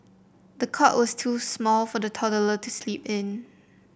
the cot was too small for the toddler to sleep in